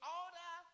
order